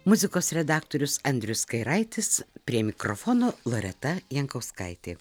muzikos redaktorius andrius kairaitis prie mikrofono loreta jankauskaitė